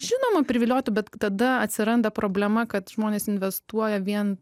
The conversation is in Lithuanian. žinoma priviliotų bet tada atsiranda problema kad žmonės investuoja vien